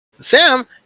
Sam